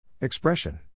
Expression